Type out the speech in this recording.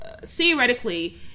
theoretically